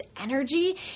energy